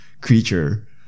creature